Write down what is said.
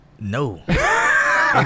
No